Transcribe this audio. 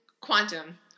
quantum